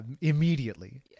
immediately